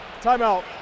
Timeout